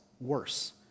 worse